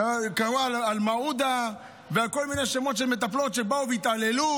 שמענו על מעודה וכל מיני שמות של מטפלות שבאו והתעללו,